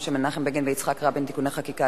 של מנחם בגין ויצחק רבין (תיקוני חקיקה),